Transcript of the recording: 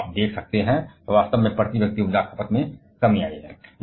यहां आप देख सकते हैं कि वास्तव में प्रति व्यक्ति ऊर्जा खपत में कमी है